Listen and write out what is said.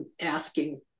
asking